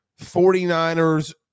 49ers